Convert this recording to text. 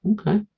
okay